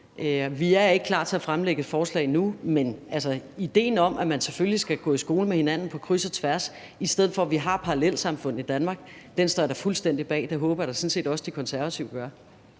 Vi er ikke klar til at fremlægge et forslag endnu, men idéen om, at man selvfølgelig skal gå i skole med hinanden på kryds og tværs, i stedet for at vi har parallelsamfund i Danmark, står jeg da fuldstændig bag. Det håber jeg da sådan set også De Konservative gør.